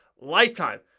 lifetime